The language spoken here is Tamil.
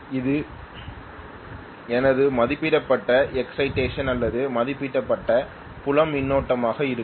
இது எனது மதிப்பிடப்பட்ட எக்சைடேஷன் அல்லது மதிப்பிடப்பட்ட புலம் மின்னோட்டமாக இருக்கும்